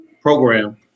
program